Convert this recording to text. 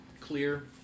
Clear